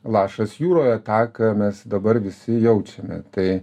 lašas jūroje tą ką mes dabar visi jaučiame tai